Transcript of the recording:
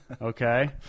Okay